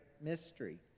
mystery